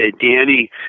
Danny